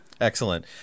Excellent